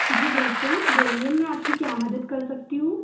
जी बिल्कुल बोलिए मैं आपकी क्या मदद कर सकती हूँ